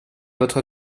votre